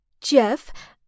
Jeff